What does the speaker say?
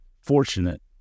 fortunate